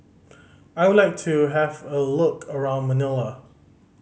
I would like to have a look around Manila